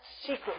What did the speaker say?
secret